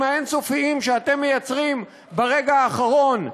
האין-סופיים שאתם מייצרים ברגע האחרון?